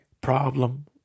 problem